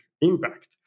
impact